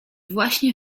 właśnie